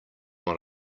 one